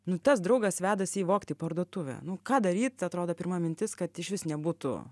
nu tas draugas vedasi jį vogt į parduotuvę nu ką daryt atrodo pirma mintis kad išvis nebūtų